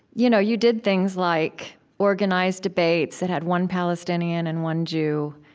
you know you did things like organize debates that had one palestinian and one jew,